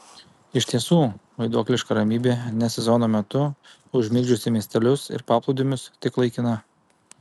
iš tiesų vaiduokliška ramybė ne sezono metu užmigdžiusi miestelius ir paplūdimius tik laikina